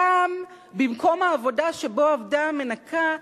פעם, במקום העבודה שבו עבדה המנקה,